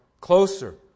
closer